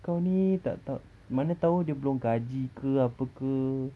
kau ni tak tahu mana tahu dia belum gaji ke apa ke